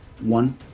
One